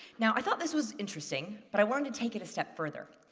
now, i thought this was interesting, but i wanted to take it a step further.